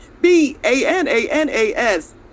B-A-N-A-N-A-S